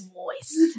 voice